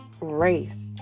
race